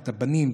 את הבנים,